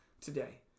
today